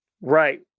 Right